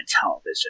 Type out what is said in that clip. television